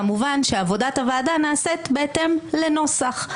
כמובן עבודת הוועדה נעשית בהתאם לנוסח.